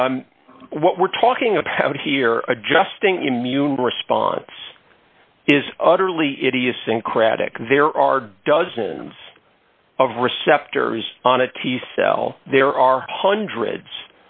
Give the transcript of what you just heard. that what we're talking about here adjusting immune response is utterly idiosyncratic there are dozens of receptor is on a t cell there are hundreds